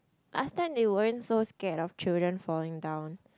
last time they weren't so scared of children falling down